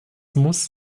muss